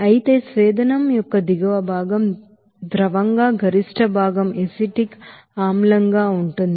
అయితే డిస్టిలేషన్ యొక్క దిగువ భాగంలో ద్రవంగా గరిష్ట భాగం ఎసిటిక్ ఆమ్లంగా ఉంటుంది